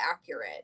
accurate